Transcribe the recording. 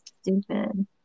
stupid